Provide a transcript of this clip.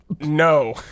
No